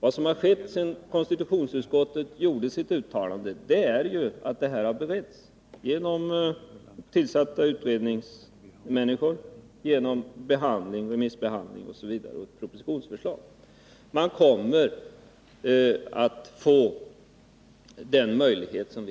Vad som har skett sedan konstitutionsutskottet gjorde sitt uttalande är ju att ärendet har beretts genom tillsatta utredningar, genom remissbehandling och genom förslag i en proposition. Man kommer att få den möjlighet som